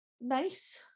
nice